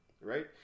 Right